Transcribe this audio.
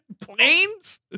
planes